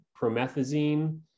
promethazine